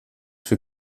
für